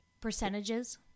percentages